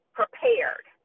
prepared